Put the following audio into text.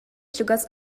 чугас